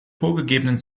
vorgegebenen